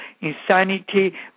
insanity